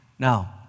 Now